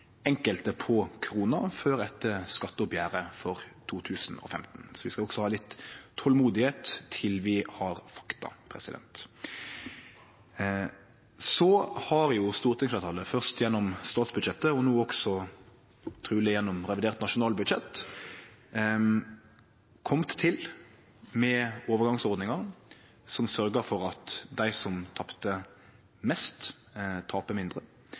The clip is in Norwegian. enkelte på krona før etter skatteoppgjeret for 2015. Så vi skal også ha litt tolmod til vi har fakta. Så har stortingsfleirtalet– først gjennom statsbudsjettet, og no også truleg gjennom revidert nasjonalbudsjett – kome med overgangsordningar som sørgjer for at dei som tapte mest, taper mindre.